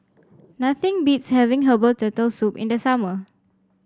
nothing beats having Herbal Turtle Soup in the summer